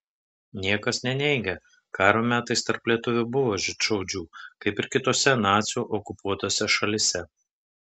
niekas neneigia karo metais tarp lietuvių buvo žydšaudžių kaip ir kitose nacių okupuotose šalyse